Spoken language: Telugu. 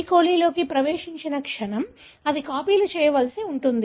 coli లో కి ప్రవేశించిన క్షణం అది కాపీలు చేయవలసి ఉంటుంది